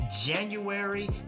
January